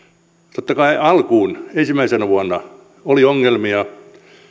totta kai alkuun ensimmäisenä vuonna oli ongelmia